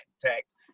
tax